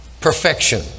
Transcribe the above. perfection